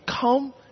come